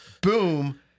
Boom